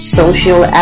social